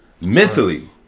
Mentally